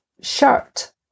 shirt